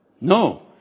No